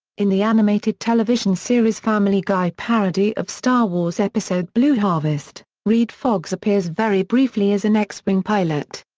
in the animated television series family guy parody of star wars episode blue harvest, redd foxx appears very briefly as an x-wing pilot.